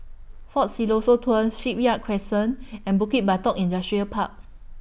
Fort Siloso Tours Shipyard Crescent and Bukit Batok Industrial Park